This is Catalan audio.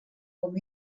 com